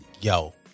yo